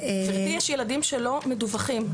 יש ילדים שלא מדווחים,